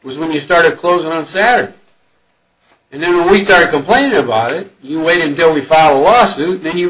was when we started closing on saturday and there we start complaining about it you wait until we follow our suit then you